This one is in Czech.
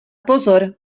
pozor